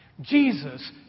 Jesus